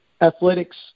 athletics